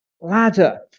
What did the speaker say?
ladder